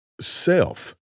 self